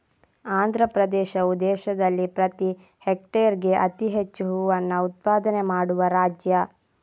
ಆಂಧ್ರಪ್ರದೇಶವು ದೇಶದಲ್ಲಿ ಪ್ರತಿ ಹೆಕ್ಟೇರ್ಗೆ ಅತಿ ಹೆಚ್ಚು ಹೂವನ್ನ ಉತ್ಪಾದನೆ ಮಾಡುವ ರಾಜ್ಯ